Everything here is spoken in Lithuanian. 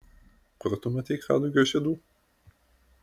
kur tu matei kadugio žiedų